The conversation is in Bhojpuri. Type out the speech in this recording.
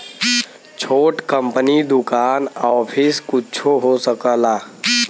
छोट कंपनी दुकान आफिस कुच्छो हो सकेला